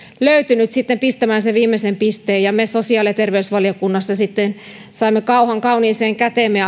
löytynyt sitten pistämään sen viimeisen pisteen ja me sosiaali ja terveysvaliokunnassa sitten saimme kauhan kauniiseen käteemme